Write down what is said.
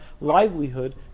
livelihood